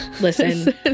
listen